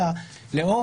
אלא לעגן אותה,